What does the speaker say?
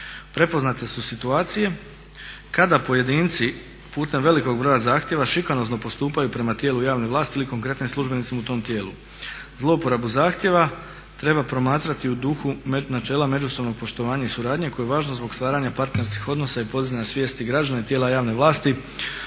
Prepoznate su situacije kada pojedinci putem velikog broja zahtjeva šikanozno postupaju prema tijelu javne vlasti ili konkretnim službenicima u tom tijelu. Zlouporabu zahtjeva treba promatrati u duhu načela međusobnog poštovanja i suradnje koje je važno zbog stvaranja partnerskih odnosa i podizanja svijesti građana i tijela javne vlasti